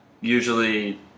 usually